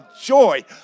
joy